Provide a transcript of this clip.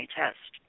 test